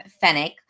Fennec